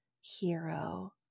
hero